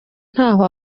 ntaho